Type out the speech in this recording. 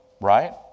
right